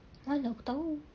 mana aku tahu